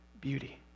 beauty